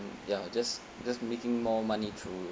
ya just just making more money through